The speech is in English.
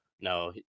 no